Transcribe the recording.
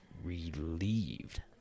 relieved